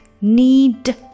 Need